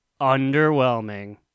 underwhelming